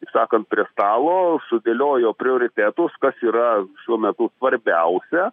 taip sakant prie stalo sudėliojo prioritetus kas yra šiuo metu svarbiausia